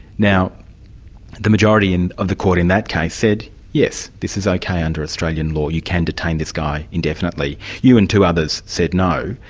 now the majority and of the court in that case said yes, this is okay under australian law, you can detain this guy indefinitely. you and two others said no,